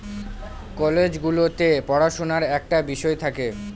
college গুলোতে পড়াশুনার একটা বিষয় থাকে